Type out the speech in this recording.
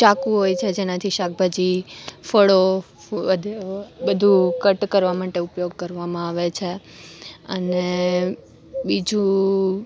ચાકુ હોય છે જેનાથી શાકભાજી ફળો બધુ કટ કરવા માટે ઉપયોગ કરવામાં આવે છે અને બીજું